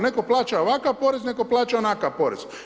Neko plaća ovakav porez, neko plaća onakav porez.